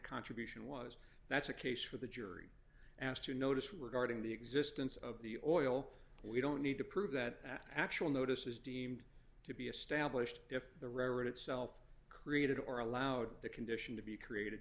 contribution was that's a case for the jury asked to notice regarding the existence of the oil we don't need to prove that actual notice is deemed to be established if the reverend itself created or allowed the condition to be created